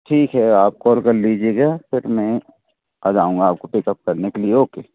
ठीक है मैम आप कोल कर लीजियेगा कुछ नहीं कल आऊँगा आपको पिकअप करने के लिये ओके